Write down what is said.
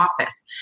office